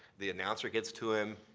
the announcer gets to him.